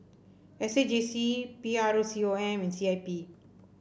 S A J C P R O C O M and C I P